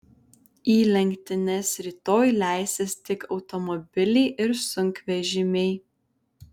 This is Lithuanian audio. į lenktynes rytoj leisis tik automobiliai ir sunkvežimiai